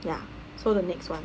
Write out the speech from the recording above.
ya so the next one